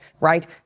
right